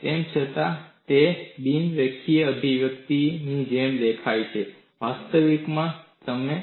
તેમ છતાં તે બિન રેખીય અભિવ્યક્તિની જેમ દેખાય છે વાસ્તવિકતામાં જો તમે